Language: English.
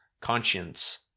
conscience